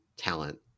talent